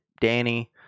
Danny